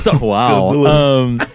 Wow